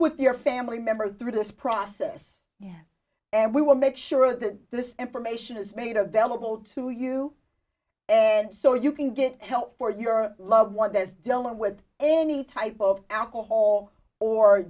with your family member through this process yes and we will make sure that this information is made available to you and so you can get help for your loved one of those donor with any type of alcohol or